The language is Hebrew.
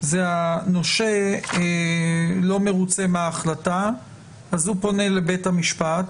הנושה לא מרוצה מההחלטה והוא פונה לבית המשפט